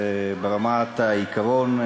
ברמת העיקרון.